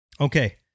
Okay